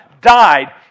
died